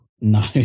No